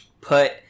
put